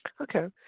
Okay